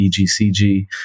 EGCG